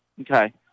Okay